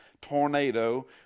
tornado